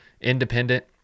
independent